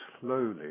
slowly